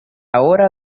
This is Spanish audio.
hora